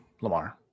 Lamar